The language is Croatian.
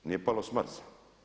Nije palo s Marska.